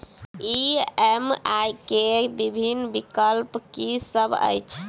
EMI केँ विभिन्न विकल्प की सब अछि